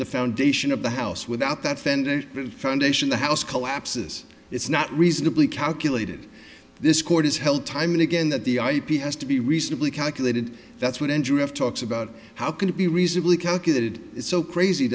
the foundation of the house without that fender's been foundation the house collapses it's not reasonably calculated this court has held time and again that the ip has to be reasonably calculated that's what andrew have talks about how can it be reasonably calculated it's so crazy